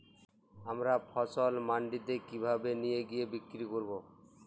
আমার ফসল মান্ডিতে কিভাবে নিয়ে গিয়ে বিক্রি করব?